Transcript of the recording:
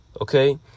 Okay